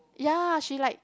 ya she like